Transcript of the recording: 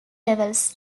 levels